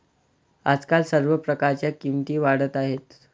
आजकाल सर्व प्रकारच्या किमती वाढत आहेत